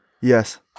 Yes